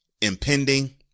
impending